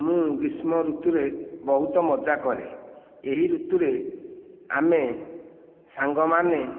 ମୁଁ ଗ୍ରୀଷ୍ମ ଋତୁରେ ବହୁତ ମଜା କରେ ଏହି ଋତୁରେ ଆମେ ସାଙ୍ଗମାନେ